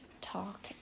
talk